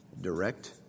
direct